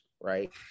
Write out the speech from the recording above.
right